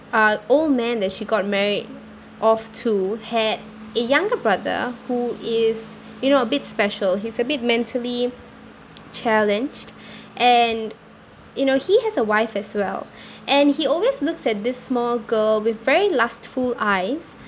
uh old man that she got married off to had a younger brother who is you know a bit special he's a bit mentally challenged and you know he has a wife as well and he always looks at this small girl with very lustful eyes